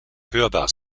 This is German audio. hörbar